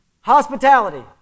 Hospitality